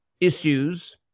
issues